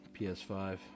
PS5